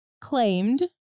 claimed